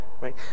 right